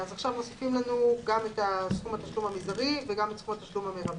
עכשיו מוסיפים לנו גם את סכום התשלום המזערי וגם את סכום התשלום המרבי.